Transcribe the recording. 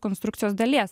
konstrukcijos dalies